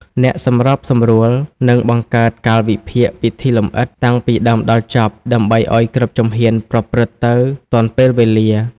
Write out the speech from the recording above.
អ្នកសម្របសម្រួលនឹង បង្កើតកាលវិភាគពិធីលម្អិត តាំងពីដើមដល់ចប់ ដើម្បីឱ្យគ្រប់ជំហានប្រព្រឹត្តទៅទាន់ពេលវេលា។